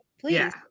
Please